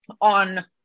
on